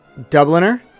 Dubliner